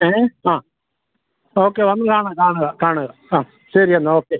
ഏ ആ ഓക്കെ വന്ന് കാണ് കാണുക കാണുക ആ ശരി എന്നാൽ ഓക്കെ